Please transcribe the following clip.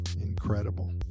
Incredible